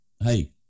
Hey